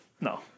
No